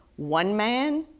one man,